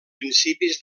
principis